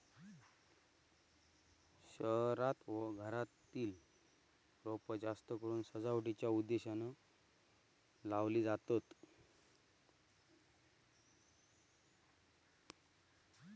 शहरांत घरातली रोपा जास्तकरून सजावटीच्या उद्देशानं लावली जातत